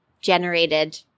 generated